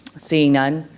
seeing none.